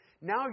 now